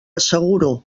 asseguro